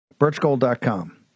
Birchgold.com